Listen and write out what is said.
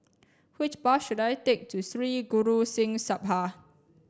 which bus should I take to Sri Guru Singh Sabha